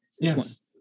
Yes